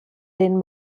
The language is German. den